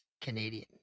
Canadian